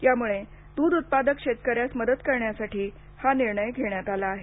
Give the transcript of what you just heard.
यामुळे दूध उत्पादक शेतकऱ्यास मदत करण्यासाठी हा निर्णय घेण्यात आला आहे